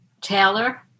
Taylor